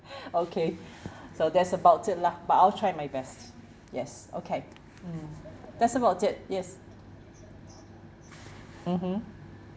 okay so that's about it lah but I'll try my best yes okay mm that's about it yes mmhmm